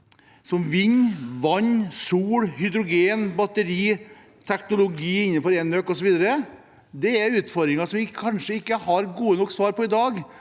som vind, vann, sol, hydrogen, batteri og teknologi innenfor enøk osv. Det er utfordringer vi kanskje ikke har gode nok svar på i dag,